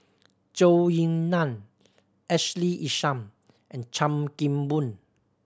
Zhou Ying Nan Ashley Isham and Chan Kim Boon